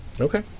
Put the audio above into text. Okay